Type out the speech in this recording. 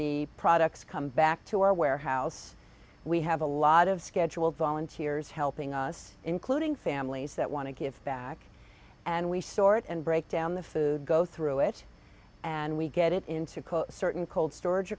the products come back to our warehouse we have a lot of scheduled volunteers helping us including families that want to give back and we sort and break down the food go through it and we get it into certain cold storage